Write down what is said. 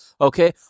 Okay